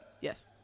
Yes